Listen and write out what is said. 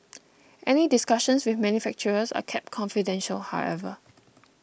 any discussions with manufacturers are kept confidential however